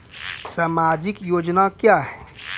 समाजिक योजना क्या हैं?